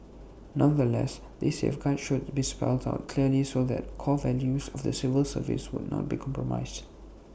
nonetheless these safeguards should be spelled out clearly so the core values of the civil service would not be compromised